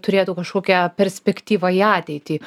turėtų kažkokią perspektyvą į ateitį